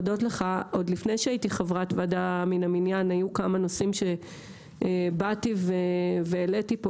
עוד לפני שהייתי חברת ועדה מהמניין היו כמה נושאים שהעליתי פה,